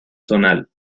zonal